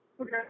okay